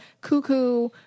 cuckoo